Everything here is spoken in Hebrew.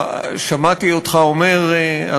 שמעתי אותך אומר,